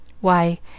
Why